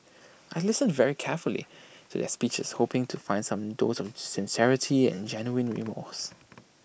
I listened very carefully to their speeches hoping to find some dose of sincerity and genuine remorse